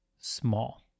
small